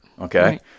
okay